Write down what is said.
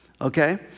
okay